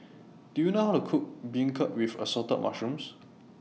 Do YOU know How to Cook Beancurd with Assorted Mushrooms